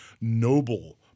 noble